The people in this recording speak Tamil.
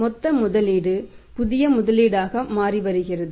மொத்த முதலீடு புதிய முதலீடு ஆக மாறிவருகிறது